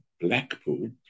Blackpool